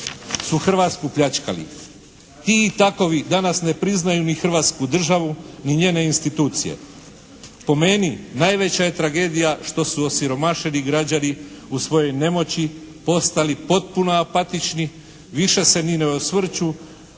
su Hrvatsku pljačkali. Ti i takovi danas ne priznaju ni Hrvatsku državu ni njene institucije. Po meni najveća je tragedija što su osiromašeni građani u svojoj nemoći postali potpuno apatični. Više se ni ne osvrću